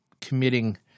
committing